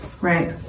Right